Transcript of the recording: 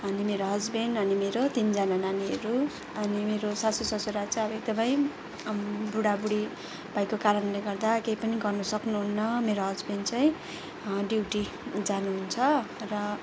मेरो हस्बेन्ड अनि मेरो तिनजना नानीहरू अनि मेरो सासू ससुरा चाहिँ अब एकदमै बुढाबुढी भएको कारणले गर्दा केही पनि गर्नु सक्नुहुन्न मेरो हस्बेन्ड चाहिँ ड्युटी जानुहुन्छ र